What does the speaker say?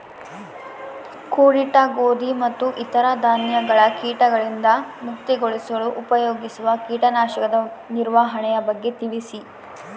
ಕೂಡಿಟ್ಟ ಗೋಧಿ ಮತ್ತು ಇತರ ಧಾನ್ಯಗಳ ಕೇಟಗಳಿಂದ ಮುಕ್ತಿಗೊಳಿಸಲು ಉಪಯೋಗಿಸುವ ಕೇಟನಾಶಕದ ನಿರ್ವಹಣೆಯ ಬಗ್ಗೆ ತಿಳಿಸಿ?